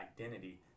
identity